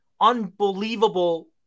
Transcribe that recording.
unbelievable